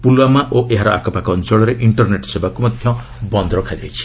ପୁଲ୍ୱାମା ଓ ଏହାର ଆଖପାଖ ଅଞ୍ଚଳରେ ଇଷ୍ଟରନେଟ୍ ସେବାକୁ ମଧ୍ୟ ବନ୍ଦ୍ ରଖାଯାଇଛି